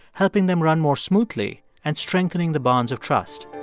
helping them run more smoothly and strengthening the bonds of trust